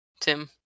tim